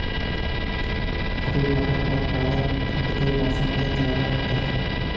हरे मटर का उत्पादन ठंड के मौसम में ज्यादा होता है